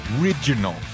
Original